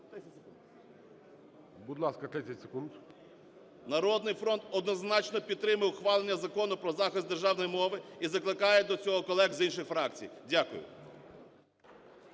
"Народний фронт" однозначно підтримує ухвалення Закону про захист державної мови і закликає до цього колег з інших фракцій. Дякую.